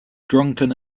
drunken